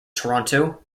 toronto